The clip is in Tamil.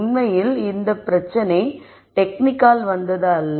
உண்மையில் இது பிரச்சனை டெக்னிக்கால் வந்தது அல்ல